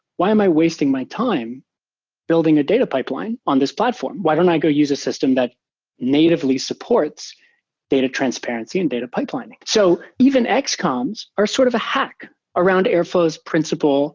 why am i wasting my time building a data pipeline on this platform? why don't i go use a system that natively supports data transparency and data pipelining? so even xcoms are sort of a hack around airflow's principal